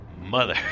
mother